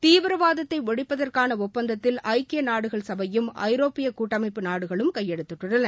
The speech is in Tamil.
தீவிரவாதத்தை ஒழிப்பதற்கான ஒப்பந்தத்தில் ஐக்கிய நாடுகள் சபையும் ஐரோப்பிய கூட்டமைப்பு நாடுகளும் கையெழுத்திட்டுள்ளன